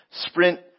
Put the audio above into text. sprint